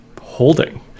holding